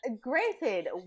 Granted